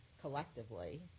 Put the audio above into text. collectively